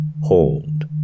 Hold